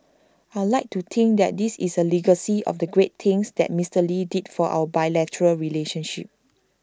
I'd like to think that this is A legacy of the great things that Mister lee did for our bilateral relationship